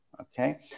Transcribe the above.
okay